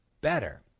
better